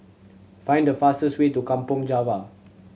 find the fastest way to Kampong Java